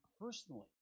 personally